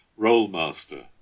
Rollmaster